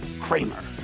Kramer